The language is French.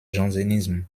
jansénisme